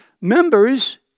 Members